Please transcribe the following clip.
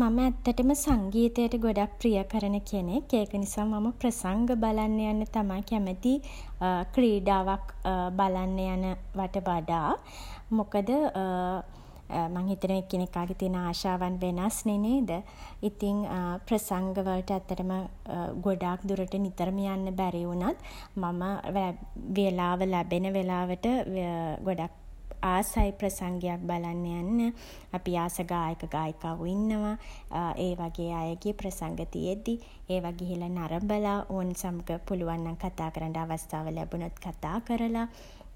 මම ඇත්තටම සංගීතයට ගොඩක් ප්‍රිය කරන කෙනෙක්. ඒක නිසා මම ප්‍රසංග බලන්න යන්න තමයි කැමති ක්‍රීඩාවක් බලන්න යන වට වඩා. මොකද මං හිතනවා එකිනෙකාගේ තියෙන ආශාවන් වෙනස්නේ නේද? ඉතින් ප්‍රසංග වලට ඇත්තටම ගොඩක් දුරට නිතරම යන්න බැරි වුණත් මම වෙලාව ලැබෙන වෙලාවට ගොඩක් ආසයි ප්‍රසංගයක් බලන්න යන්න. අපි ආස ගායක ගායිකාවෝ ඉන්නවා. ඒ වගේ අයගේ ප්‍රසංග තියෙද්දි ඒවා ගිහිල්ල නරඹලා ඔවුන් සමඟ පුළුවන් නම් කතා කරන්ඩ අවස්ථාව ලැබුණොත් කතා කරලා